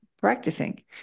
practicing